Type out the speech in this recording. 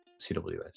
CWS